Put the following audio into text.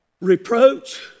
reproach